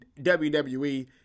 WWE